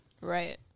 right